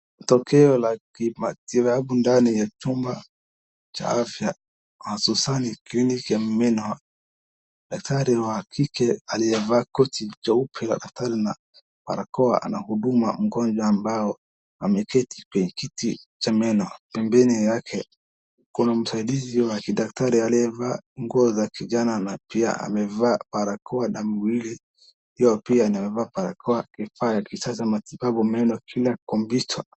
Tokeo la kimatibabu ndani ya chumba cha afya, hususani kliniki ya meno. Daktari wa kike aliyevaa koti jeupe la daktari na barakoa anahudumia mgonjwa ambaye ameketi kwenye kiti cha meno. Pembeni yake kuna msaidizi wa kidaktari aliyevaa nguo za kijana na pia amevaa barakoa na miwani hiyo pia na anatumia kifaa cha kisasa kwa matibabu ya meno bila kompyuta.